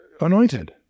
anointed